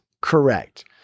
Correct